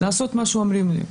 לעשות מה שאומרים לי.